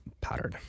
pattern